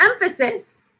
emphasis